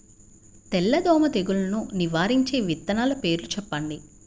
తెల్లదోమ తెగులును నివారించే విత్తనాల పేర్లు చెప్పండి?